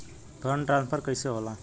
Fund transfer कैसे होला?